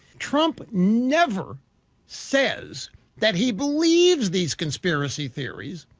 trump never says that he believes these conspiracy theories.